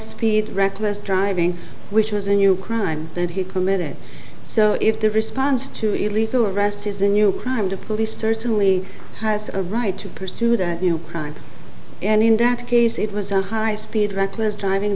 speed reckless driving which was a new crime that he committed so if the response to illegal arrest is a new crime the police certainly has a right to pursue that you know crime and in that case it was a high speed reckless driving